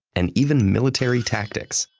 and even military tactics.